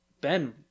Ben